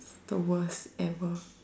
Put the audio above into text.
the worst ever